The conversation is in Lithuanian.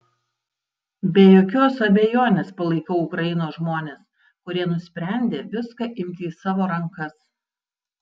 be jokios abejonės palaikau ukrainos žmones kurie nusprendė viską imti į savo rankas